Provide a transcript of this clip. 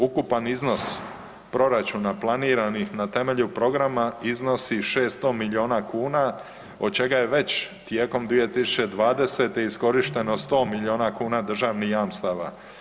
Ukupan iznos proračuna planiranih na temelju programa iznosi 600 milijuna kuna od čega je već tijekom 2020. iskorišteno 100 milijuna kuna državnih jamstava.